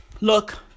Look